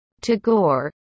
Tagore